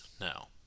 now